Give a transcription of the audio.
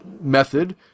method